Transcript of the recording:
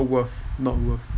not worth not worth